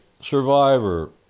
survivor